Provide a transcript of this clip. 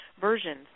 versions